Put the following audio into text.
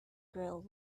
grow